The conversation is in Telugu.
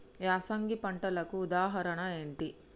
యాసంగి పంటలకు ఉదాహరణ ఏంటి?